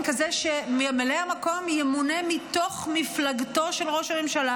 כזה שממלא המקום ימונה מתוך מפלגתו של ראש הממשלה,